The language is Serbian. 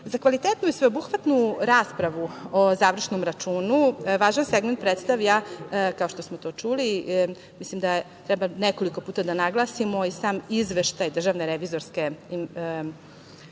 kvalitetnu i sveobuhvatnu raspravu o završnom računu, važan segment predstavlja, kao što smo to čuli, mislim da treba nekoliko puta da naglasimo, i sam izveštaj DRI. Smatramo